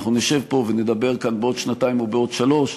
אנחנו נשב ונדבר כאן בעוד שנתיים ובעוד שלוש שנים.